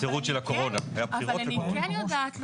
אני כן יודעת לומר,